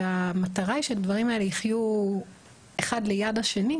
והמטרה היא שהדברים האלה יחיו אחד ליד השני,